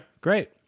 Great